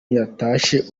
yatashye